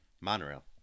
Monorail